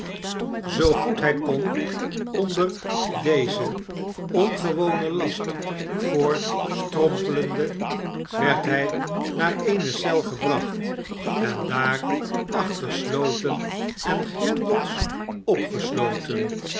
zoo goed hij kon onder dezen ongewonen last voortstrompelende werd hij naar eene eel gebracht en daar achter sloten en grendels opgesloten